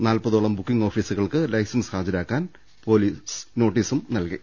നാൽപതോളം booking ഓഫീസുകൾക്ക് licence ഹാജരാ ക്കാൻ നോട്ടീസും നൽകി